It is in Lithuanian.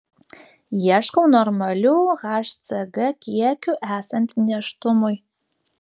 ieškau normalių hcg kiekių esant nėštumui